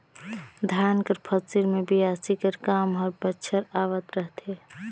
धान कर फसिल मे बियासी कर काम हर बछर आवत रहथे